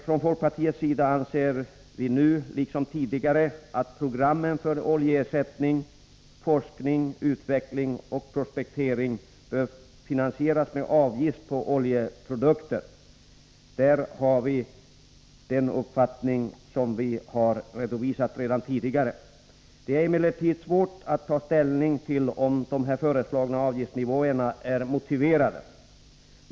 Från folkpartiets sida anser vi nu liksom tidigare att programmen för oljeersättning, forskning, utveckling och prospektering bör finansieras med avgift på oljeprodukter. Där har vi den uppfattning som vi redovisat redan tidigare. Det är emellertid svårt att ta ställning till om de föreslagna avgiftsnivåerna är motiverade.